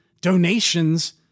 donations